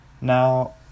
now